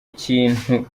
ikintu